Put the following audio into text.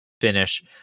finish